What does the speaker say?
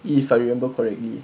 if I remember correctly